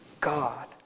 God